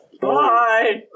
Bye